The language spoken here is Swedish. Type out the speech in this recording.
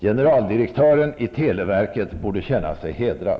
Generaldirektören i televerket borde känna sig hedrad.